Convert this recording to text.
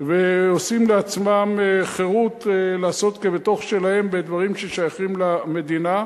ורואים לעצמם חירות לעשות כבתוך שלהם בדברים ששייכים למדינה,